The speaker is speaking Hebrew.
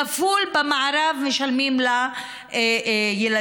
כפול במערב משלמים על הילדים.